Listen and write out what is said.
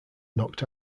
knocked